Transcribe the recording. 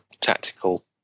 tactical